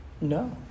No